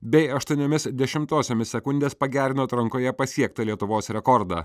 bei aštuoniomis dešimtosiomis sekundės pagerino atrankoje pasiektą lietuvos rekordą